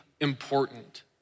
important